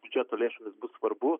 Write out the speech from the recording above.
biudžeto lėšomis bus svarbu